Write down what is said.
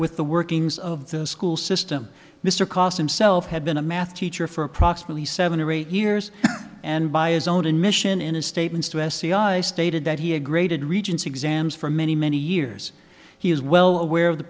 with the workings of the school system mr costin self had been a math teacher for approximately seven or eight years and by his own admission in his statements to sci stated that he had graded regents exams for many many years he is well aware of the